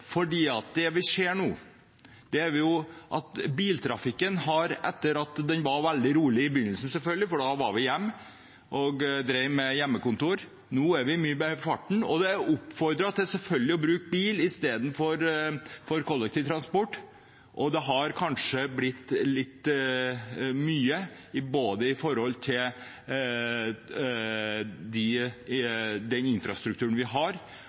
Biltrafikken var veldig liten i begynnelsen, selvfølgelig, for da var vi hjemme og hadde hjemmekontor. Nå er vi mye mer på farten, og det oppfordres selvfølgelig til å bruke bil i stedet for kollektivtransport, men det har kanskje blitt litt mye, bl.a. med tanke på den infrastrukturen vi har.